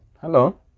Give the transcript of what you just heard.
Hello